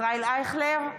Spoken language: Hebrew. ישראל אייכלר,